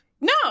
No